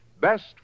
Best